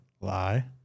Lie